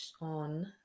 on